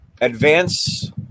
Advance